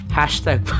hashtag